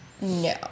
No